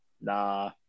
Nah